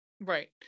right